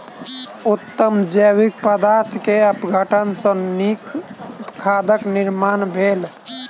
उत्तम जैविक पदार्थ के अपघटन सॅ नीक खादक निर्माण भेल